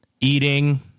eating